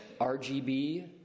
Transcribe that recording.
RGB